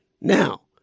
Now